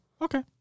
Okay